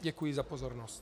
Děkuji za pozornost.